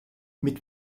mit